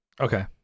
Okay